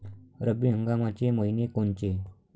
रब्बी हंगामाचे मइने कोनचे?